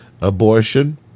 abortion